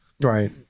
Right